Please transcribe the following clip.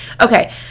Okay